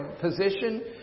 position